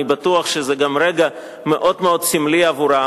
אני בטוח שזה גם רגע מאוד-מאוד סמלי עבורם.